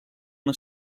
una